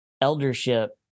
eldership